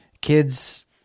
kids